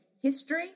history